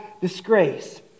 disgrace